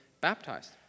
baptized